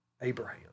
Abraham